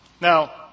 Now